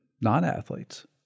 non-athletes